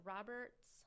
Roberts